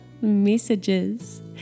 messages